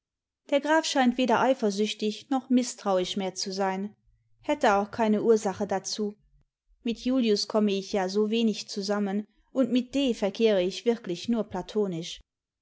der graf scheint weder eifersüchtig noch mißtrauisch mehr zu sein hätte auch keine ursache dazu mit julius komme ich ja so wenig zusammen imd mit d verkehre ich wirklich nur platonisch